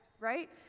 Right